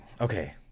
okay